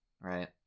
right